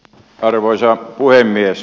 arvoisa puhemies